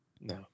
No